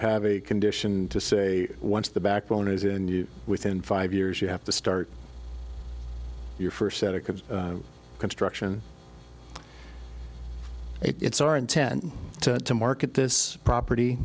have a condition to say once the backbone is in you within five years you have to start your first set of construction it's our intent to market this property